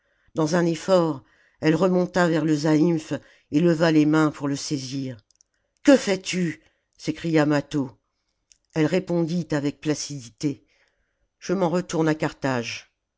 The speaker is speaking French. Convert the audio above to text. dans un effort elle remonta vers le zaïmph et leva les mains pour le saisir que fais-tu s'écria mâtho elle répondit avec placidité je m'en retourne à carthage